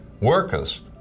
workers